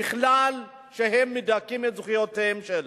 בכלל מדכאים את זכויותיהם.